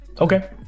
Okay